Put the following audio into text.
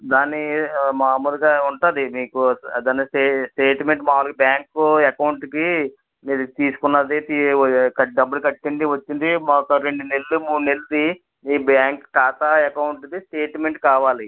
దాన్ని మామూలుగా ఉంటుంది మీకు దాని స్టేట్మెంట్ మాములుగా బ్యాంకు అకౌంట్కి మీరు తీసుకున్నది తీ డబ్బులు కట్టింది వచ్చింది మాకు రెండు నెలలు మూడు నెలలది మీ బ్యాంకు ఖాతా అకౌంట్ది స్టేట్మెంట్ కావాలి